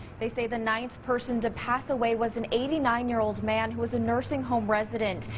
they say the ninth person to pass away was an eighty nine year old man who was a nursing home resident,